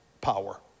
power